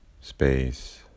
space